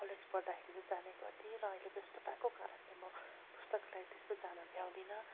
college पढ्दाखेरि जाने गर्थेँ र अहिले व्यस्तताको कारणले म पुस्तकालय त्यस्तो जान भ्याउँदिनँ